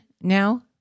now